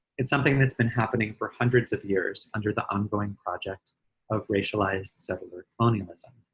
it's something that's been happening for hundreds of years under the ongoing project of racialized settler colonialism.